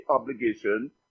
obligation